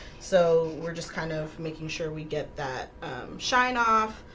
so we're just kind of making sure we get that shine off